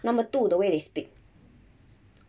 number two the way they speak